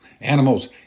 Animals